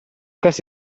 caso